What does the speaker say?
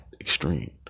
extreme